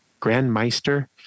Grandmeister